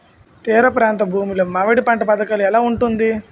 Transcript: తీర ప్రాంత భూమి లో మామిడి పంట పథకాల ఎలా ఉంటుంది?